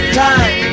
time